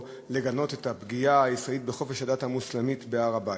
לגנות את הפגיעה הישראלית בחופש הדת המוסלמית בהר-הבית,